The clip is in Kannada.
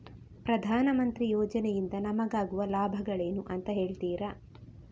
ಪ್ರಧಾನಮಂತ್ರಿ ಯೋಜನೆ ಇಂದ ನಮಗಾಗುವ ಲಾಭಗಳೇನು ಅಂತ ಹೇಳ್ತೀರಾ?